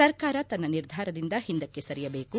ಸರಕಾರ ತನ್ನ ನಿರ್ಧಾರದಿಂದ ಹಿಂದಕ್ಕೆ ಸರಿಯಬೇಕು